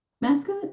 mascot